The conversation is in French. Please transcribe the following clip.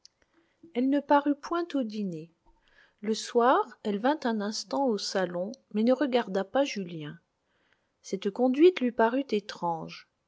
elle ne parut point au dîner le soir elle vint un instant au salon mais ne regarda pas julien cette conduite lui parut étrange